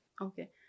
Okay